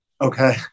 Okay